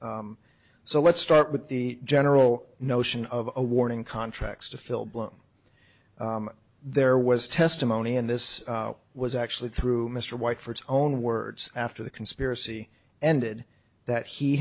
so let's start with the general notion of a warning contracts to fill bloom there was testimony and this was actually through mr white for its own words after the conspiracy ended that he